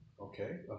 Okay